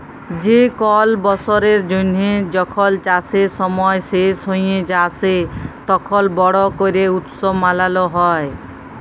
যে কল বসরের জ্যানহে যখল চাষের সময় শেষ হঁয়ে আসে, তখল বড় ক্যরে উৎসব মালাল হ্যয়